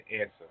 answer